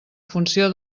funció